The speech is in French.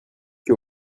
que